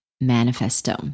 manifesto